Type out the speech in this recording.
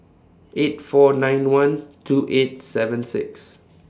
eight four nine one two eight seven six